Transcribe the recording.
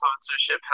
sponsorship